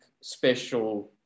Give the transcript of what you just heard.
special